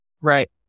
right